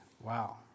Wow